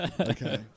Okay